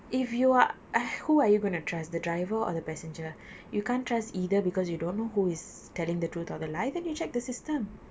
if you are uh who are you going to trust the driver or the passenger you can't trust either because you don't know who is telling the truth or the lie then you check the system